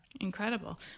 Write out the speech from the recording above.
Incredible